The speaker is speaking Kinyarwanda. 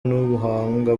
n’ubuhanga